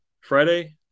Friday